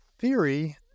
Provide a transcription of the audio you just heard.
theory